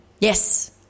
Yes